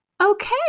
Okay